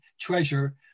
treasure